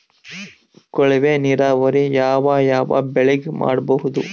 ಕೊಳವೆ ನೀರಾವರಿ ಯಾವ್ ಯಾವ್ ಬೆಳಿಗ ಮಾಡಬಹುದು?